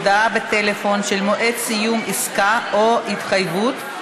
הודעה בטלפון על מועד סיום עסקה או התחייבות),